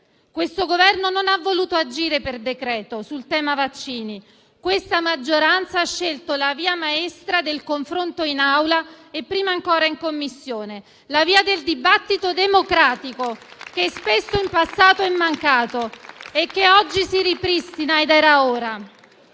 Questo Governo non ha voluto agire per decreto sul tema dei vaccini. Questa maggioranza ha scelto la via maestra del confronto in Assemblea e, prima ancora, in Commissione: la via del dibattito democratico che spesso, in passato, è mancato e che oggi si ripristina ed era ora.